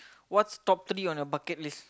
what's top three on your bucket list